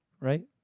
Right